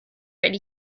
werde